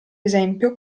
esempio